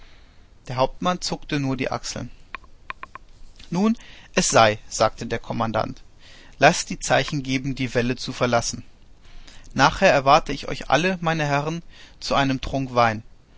der hauptmann zuckte nur die achseln nun es sei sagte der kommandant laßt die zeichen geben die wälle zu verlassen nachher erwarte ich euch alle meine herren zu einem trunk wein